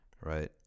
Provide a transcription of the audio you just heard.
right